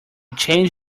change